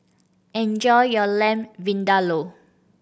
enjoy your Lamb Vindaloo